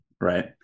right